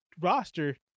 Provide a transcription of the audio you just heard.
roster